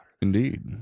Indeed